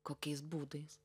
kokiais būdais